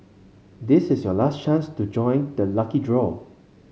this is your last chance to join the lucky draw